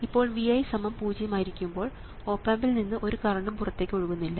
ഇപ്പോൾ Vi 0 ആയിരിക്കുമ്പോൾ op ആമ്പിൽ നിന്ന് ഒരു കറണ്ടും പുറത്തേക്ക് ഒഴുകുന്നില്ല